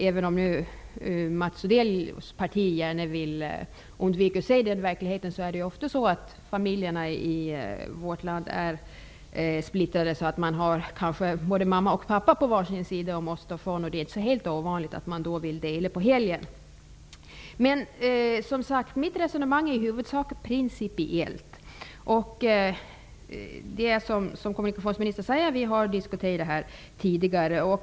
Även om Mats Odell och hans parti vill undvika att se den verkligheten är det ofta så att familjerna i vårt land är splittrade så att man kanske har mamma och pappa boende på var sin sida av havet. Det är kanske inte helt ovanligt att man vill dela upp helgen. Men, som sagt, mitt resonemang är i huvudsak principiellt. Som kommunikationsministern säger har vi diskuterat det här tidigare.